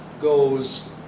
goes